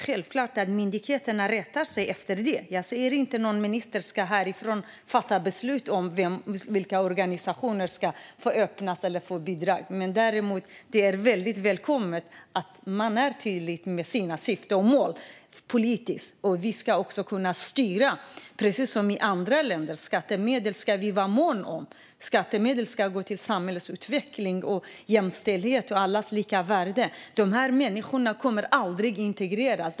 Självklart måste myndigheter rätta sig efter det. Jag säger inte att någon minister ska fatta beslut härifrån om vilka organisationer som ska få finnas eller vilka som ska få bidrag. Däremot är det välkommet att man politiskt är tydlig med syfte och mål för detta. Precis som man gör i andra länder ska vi också kunna styra detta. Vi ska vara måna om skattemedlen. De ska gå till samhällsutveckling, jämställdhet och allas lika värde. Dessa människor kommer aldrig att integreras.